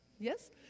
Yes